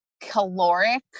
caloric